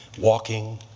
walking